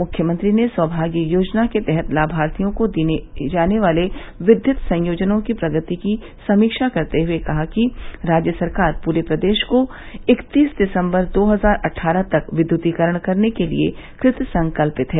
मुख्यमंत्री ने सौमाग्य योजना के तहत लामार्थियों को दिये जाने वाले विद्युत संयोजनों की प्रगति की समीक्षा करते हुए कहा कि राज्य सरकार पूरे प्रदेश को इकतीस दिसम्बर दो हजार अट्ठारह तक विद्युतीकरण करने के लिए कृत संकल्पित है